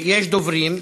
יש דוברים,